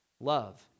love